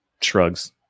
shrugs